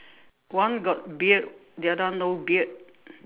one got beard the other one no beard